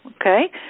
Okay